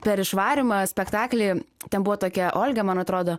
per išvarymą spektaklį ten buvo tokia olga man atrodo